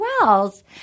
Wells